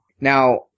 Now